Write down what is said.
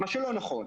מה שלא נכון.